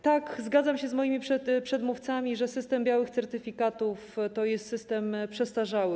Tak, zgadzam się z moimi przedmówcami, że system białych certyfikatów to jest system przestarzały.